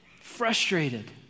Frustrated